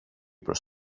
προς